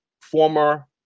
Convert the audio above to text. former